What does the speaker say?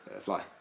Fly